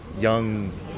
young